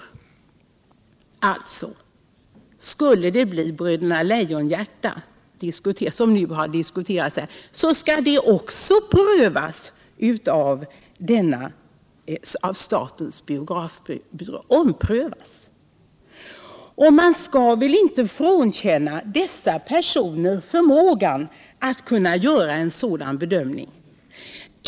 Om riksdagen bifaller propositionen skulle alltså Bröderna Lejonhjärta, som nu har diskuterats här, komma upp till omprövning hos statens biografbyrå. Man skall väl inte frånkänna censorerna förmågan att göra en sådan bedömning.